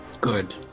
Good